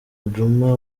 djuma